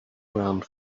around